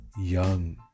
young